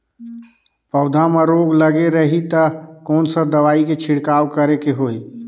पौध मां रोग लगे रही ता कोन सा दवाई के छिड़काव करेके होही?